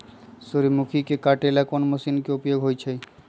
सूर्यमुखी के काटे ला कोंन मशीन के उपयोग होई छइ?